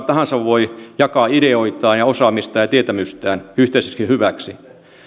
tahansa voi jakaa ideoitaan osaamistaan ja tietämystään yhteiseksi hyväksi